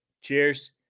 cheers